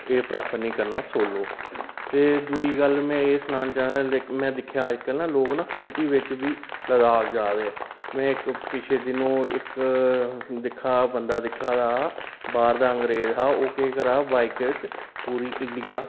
एह् प्रैफर निं करना सोलो ते दुई गल्ल में एह् सनान जा में दिक्खेआ लोक अजकल ना स्कूटी च बी लद्दाख जा दे में पिछले दिनों इक दिक्खै दा बंदा दिक्खै दा हा बाह्र दा अंग्रेज हा ओह् केह् करै दा हा बाइक च पूरी इंडिया